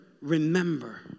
remember